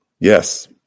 Yes